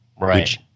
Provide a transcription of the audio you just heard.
Right